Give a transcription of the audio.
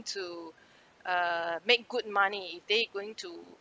to err make good money if they going to